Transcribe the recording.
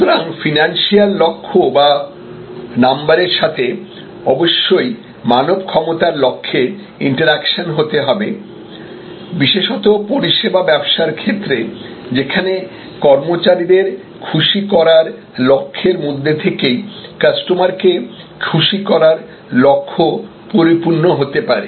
সুতরাং ফিনান্সিয়াল লক্ষ্য বা নাম্বারের সাথে অবশ্যই মানব ক্ষমতার লক্ষ্যের ইন্টেরাকশন হতে হবে বিশেষত পরিষেবা ব্যবসার ক্ষেত্রে যেখানে কর্মচারীদের খুশি করার লক্ষ্যের মধ্যে থেকেই কাস্টমার কে খুশি করার লক্ষ পরিপূর্ণ হতে পারে